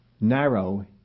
narrow